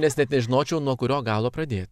nes net nežinočiau nuo kurio galo pradėt